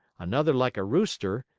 another like a rooster,